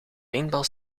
paintball